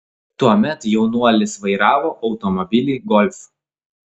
tuomet jaunuolis vairavo automobilį golf